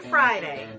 Friday